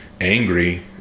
angry